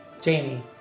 Jamie